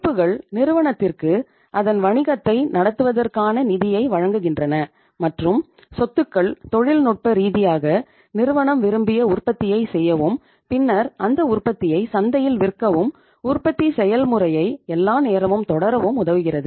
பொறுப்புகள் நிறுவனத்திற்கு அதன் வணிகத்தை நடத்துவதற்கான நிதியை வழங்குகின்றன மற்றும் சொத்துக்கள் தொழில்நுட்ப ரீதியாக நிறுவனம் விரும்பிய உற்பத்தியை செய்யவும் பின்னர் அந்த உற்பத்தியை சந்தையில் விற்கவும் உற்பத்தி செயல்முறையை எல்லா நேரமும் தொடரவும் உதவுகிறது